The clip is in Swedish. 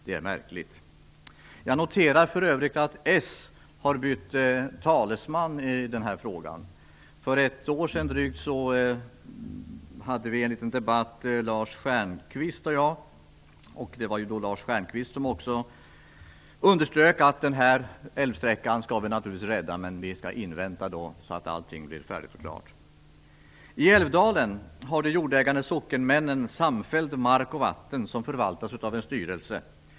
Det är märkligt! Jag noterar för övrigt att Socialdemokraterna har bytt talesman i den här frågan. För drygt ett år sedan hade Lars Stjernkvist och jag en liten debatt, och det var då Lars Stjernkvist som underströk att den här älvsträckan naturligtvis skulle räddas, men att vi skulle invänta att allt skulle bli färdigt först. I Älvdalen har de jordägande sockenmännen samfälld mark och vatten som förvaltas av en styrelse.